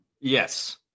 Yes